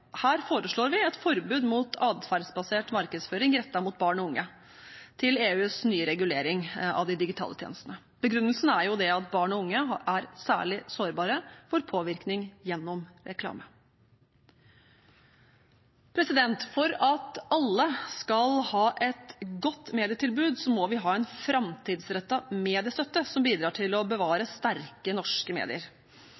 Her foreslår vi et forbud mot atferdsbasert markedsføring rettet mot barn og unge til EUs nye regulering av de digitale tjenestene. Begrunnelsen er at barn og unge er særlig sårbare for påvirkning gjennom reklame. For at alle skal ha et godt medietilbud, må vi ha en framtidsrettet mediestøtte som bidrar til å bevare